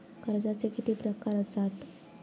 कर्जाचे किती प्रकार असात?